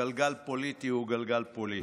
גלגל פוליטי הוא גלגל פוליטי.